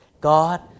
God